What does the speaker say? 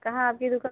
कहाँ आपकी दुकान